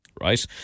right